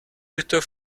ritter